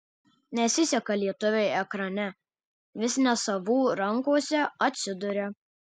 nesiseka lietuviui ekrane vis ne savų rankose atsiduria